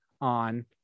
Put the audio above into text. on